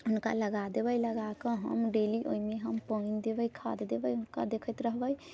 हुनका लगा देबै लगाके हम डेली ओहिमे हम पानि देबै खाद देबै ओकरा देखैत रहबै